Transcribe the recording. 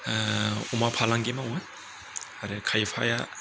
अमा फालांगि मावो आरो खायफाया